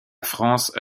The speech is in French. france